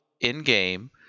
in-game